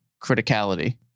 criticality